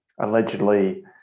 allegedly